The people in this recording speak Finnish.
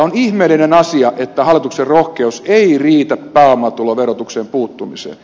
on ihmeellinen asia että hallituksen rohkeus ei riitä pääomatuloverotukseen puuttumiseen